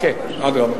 תודה, אדוני היושב-ראש.